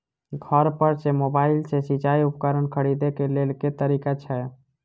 घर पर सऽ मोबाइल सऽ सिचाई उपकरण खरीदे केँ लेल केँ तरीका छैय?